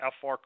FR